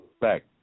back